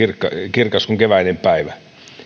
kirkas kuin keväinen päivä